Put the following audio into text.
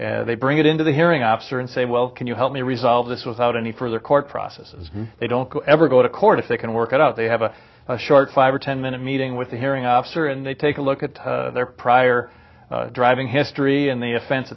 and they bring it into the hearing officer and say well can you help me resolve this without any further court processes they don't ever go to court if they can work it out they have a short five or ten minute meeting with the hearing officer and they take a look at their prior driving history and the offen